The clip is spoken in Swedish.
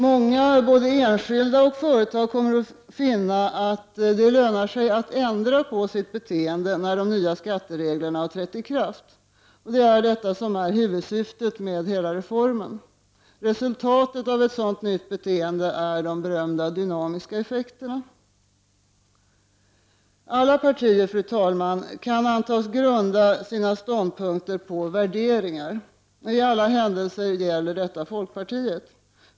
Många, både enskilda och företag, kommer att finna att det lönar sig att ändra sitt beteende när de nya skattereglerna har trätt i kraft. Det är detta som är huvudsyftet med hela reformen. Resultatet av ett sådant nytt beteende är de berömda dynamiska effekterna. Alla partier, fru talman, kan antas grunda sina ståndpunkter på värderingar. I alla händelser gäller detta folkpartiet.